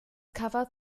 cover